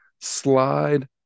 slide